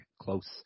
close